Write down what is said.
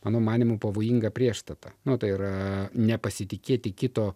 mano manymu pavojinga priešstata nu tai yra nepasitikėti kito